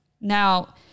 Now